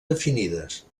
definides